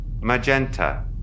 magenta